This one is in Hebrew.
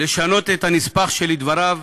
לשנות את הנספח, שלדבריו